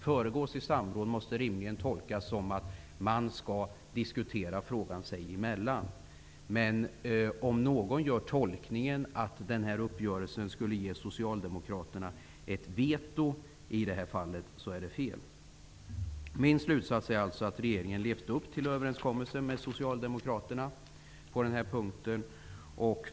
''Föregås av samråd'' måste rimligen tolkas som att man skall diskutera frågan sinsemellan. Om någon gör tolkningen att uppgörelsen skulle ge Socialdemokraterna ett veto i det här fallet så är det fel. Min slutsats är att regeringen har levt upp till överenskommelsen med Socialdemokraterna på den här punkten.